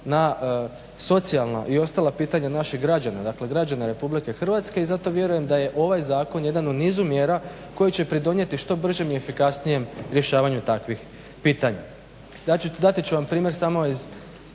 na socijalna i ostala pitanja naših građana. Dakle, građana Republike Hrvatske. I zato vjerujem da je ovaj zakon jedan u nizu mjera koji će pridonijeti što bržem i efikasnijem rješavanju takvih pitanja. Dati ću vam primjer samo iz